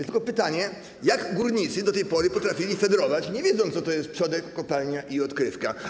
Tylko pytanie, jak górnicy do tej pory potrafili fedrować, nie wiedząc, co to jest przodek, kopalnia i odkrywka.